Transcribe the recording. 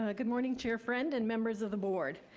ah good morning, chair friend and members of the board.